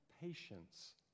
patience